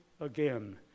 Again